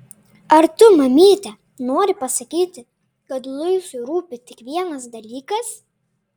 ar tu mamyte nori pasakyti kad luisui rūpi tik vienas dalykas